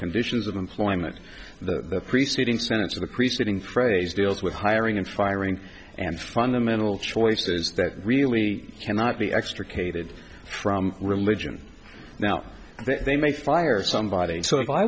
conditions of employment the preceding sentence of the preceding phrase deals with hiring and firing and fundamental choices that really cannot be extricated from religion now they may fire somebody sort of i